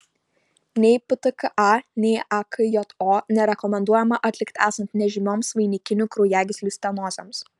nei ptka nei akjo nerekomenduojama atlikti esant nežymioms vainikinių kraujagyslių stenozėms